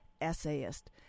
essayist